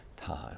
time